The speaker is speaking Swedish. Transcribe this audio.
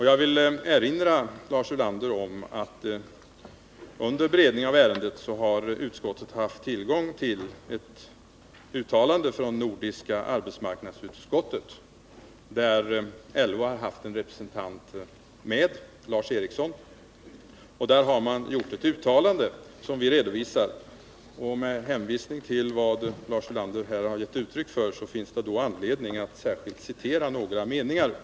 Jag vill erinra Lars Ulander om att under beredningen av ärendet i utskottet hade man tillgång till ett uttalande från nordiska arbetsmarknadsutskottet, där LO haft en representant, Lars Eriksson. Utskottets uttalande har vi redovisat, och med hänvisning till vad Lars Ulander här gett uttryck för finns det anledning att särskilt citera några meningar.